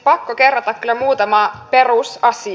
pakko kerrata kyllä muutama perusasia